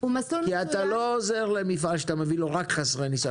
כי אתה לא עוזר למפעל שאתה מביא לו רק חסרי ניסיון.